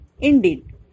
indeed